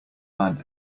man